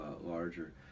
larger